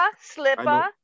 Slipper